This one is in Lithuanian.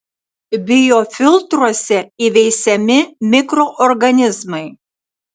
biofiltruose įveisiami mikroorganizmai